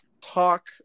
talk